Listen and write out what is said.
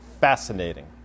fascinating